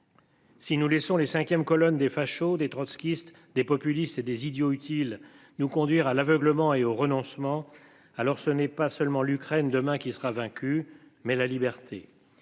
Si nous laissons les cinquièmes colonne des fachos des trotskistes, des populistes et des idiots utiles, nous conduire à l'aveuglement et au renoncement. Alors ce n'est pas seulement l'Ukraine demain qui sera vaincu. Mais la liberté.